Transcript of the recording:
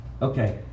Okay